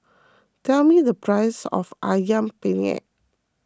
tell me the price of Ayam Penyet